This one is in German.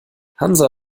hansa